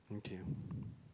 okay